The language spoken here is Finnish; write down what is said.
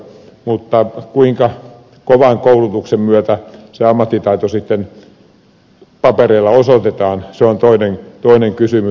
mutta kuinka kovan koulutuksen myötä se ammattitaito sitten papereilla osoitetaan se on toinen kysymys